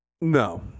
no